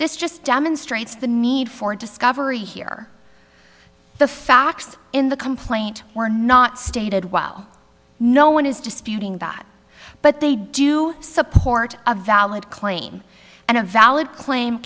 this just demonstrates the need for discovery here the facts in the complaint were not stated well no one is disputing bad but they do support a valid claim and a valid claim